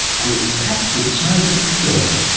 and it's packed with scientific joy,